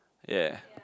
ya